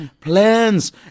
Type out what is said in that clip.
Plans